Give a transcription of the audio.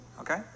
Okay